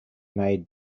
made